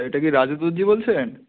এটা কি রাজু দরজি বলছেন